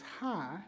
high